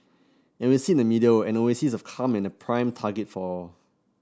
and we sit in the middle an oasis of calm and a prime target for all